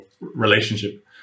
relationship